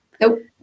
Nope